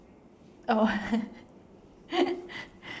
oh